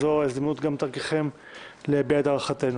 זו ההזדמנות גם דרככם להביע את הערכתנו.